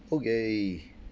okay